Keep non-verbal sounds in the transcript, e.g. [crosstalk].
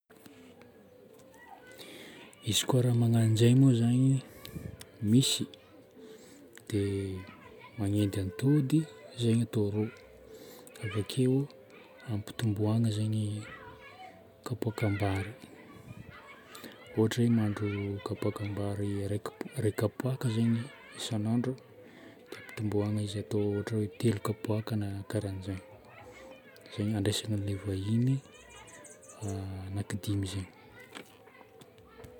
Izy koa raha magnano izay moa zagny misy, dia manendy antody zay no atao ro. Avakeo ampitomboagna zagny kapoakam-bary. Ohatra hoe mahandro kapoakam-bary iray kp- iray kapoaka zagny isan'andro, dia ampitomboagna izy atao ohatra hoe telo kapoaka na karan'izagny. Izay no andraisana an'ilay vahiny [hesitation] anakidimy zegny.